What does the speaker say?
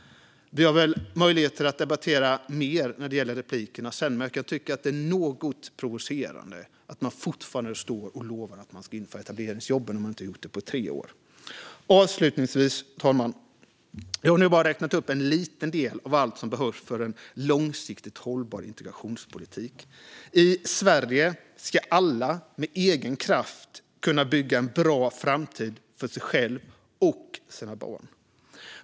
Vi har möjlighet att debattera mer i replikerna sedan, men jag tycker att det är något provocerande att man fortfarande står här och lovar att man ska införa etableringsjobben när man inte gjort det på tre år. Avslutningsvis, fru talman: Jag har nu bara räknat upp en liten del av allt som behövs för en långsiktigt hållbar integrationspolitik. I Sverige ska alla med egen kraft kunna bygga en bra framtid för sig själva och sina barn.